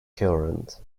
current